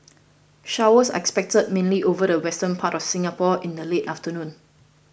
showers are expected mainly over the western part of Singapore in the late afternoon